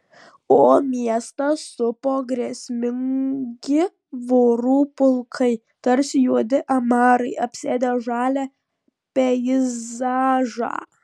o miestą supo grėsmingi vorų pulkai tarsi juodi amarai apsėdę žalią peizažą